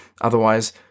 Otherwise